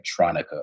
Electronica